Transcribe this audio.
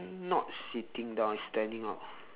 not sitting down it's standing up